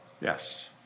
Yes